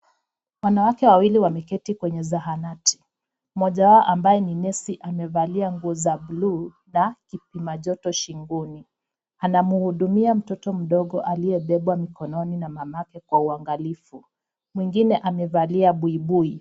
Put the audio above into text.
Wanawake wameketi kwenye zahanati, mmoja wao ambaye ni nesi amevalia nguo za bluu na kipimajoto shingoni anamhudumia mtoto mdogo aliyebebwa na mamake mkononi kwa uangalifu mwingine amevalia buibui.